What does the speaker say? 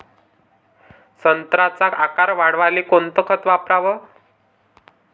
संत्र्याचा आकार वाढवाले कोणतं खत वापराव?